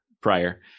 prior